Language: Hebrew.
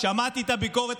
שמעתי את הביקורת,